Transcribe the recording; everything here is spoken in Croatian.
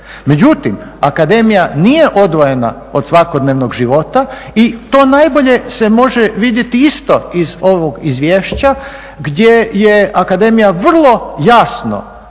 Međutim, akademija nije odvojena od svakodnevnog života i to najbolje se može vidjeti isto iz ovog izvješća gdje je akademija vrlo jasno